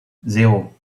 zéro